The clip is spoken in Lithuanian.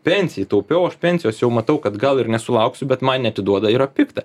pensijai taupiau aš pensijos jau matau kad gal ir nesulauksiu bet man neatiduoda yra pikta